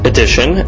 Edition